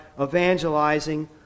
evangelizing